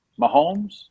Mahomes